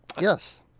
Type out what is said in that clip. Yes